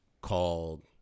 called